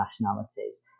nationalities